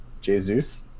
jesus